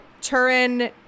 Turin